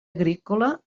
agrícola